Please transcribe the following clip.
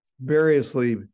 variously